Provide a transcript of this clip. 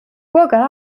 burger